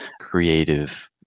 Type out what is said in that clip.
creative